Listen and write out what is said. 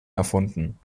erfunden